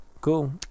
Cool